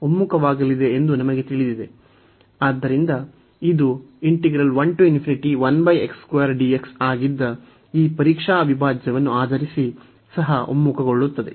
ಆದ್ದರಿಂದ ಇದು ಆಗಿದ್ದ ಈ ಪರೀಕ್ಷಾ ಅವಿಭಾಜ್ಯವನ್ನು ಆಧರಿಸಿ ಸಹ ಒಮ್ಮುಖಗೊಳ್ಳುತ್ತದೆ